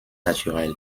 naturel